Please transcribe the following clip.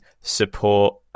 support